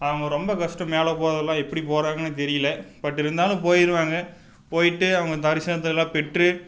அவங்க ரொம்ப கஷ்டம் மேலே போகிறதெல்லாம் எப்படி போகிறாங்கனே தெரியல பட் இருந்தாலும் போயிடுவாங்க போயிட்டு அவங்க தரிசனத்தலாம் பெற்று